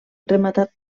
rematat